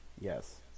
Yes